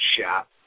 shop